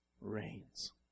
reigns